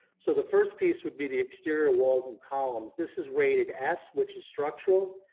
so the first piece would be the exterior walls and columns. this is rated s, which is structural,